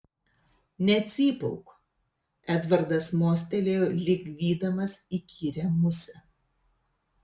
necypauk edvardas mostelėjo lyg vydamas įkyrią musę